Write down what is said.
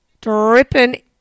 dripping